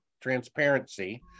transparency